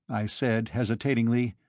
i said, hesitatingly,